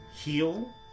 heal